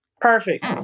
Perfect